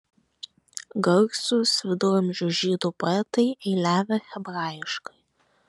garsūs viduramžių žydų poetai eiliavę hebrajiškai